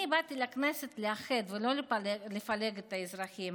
אני באתי לכנסת לאחד ולא לפלג את האזרחים.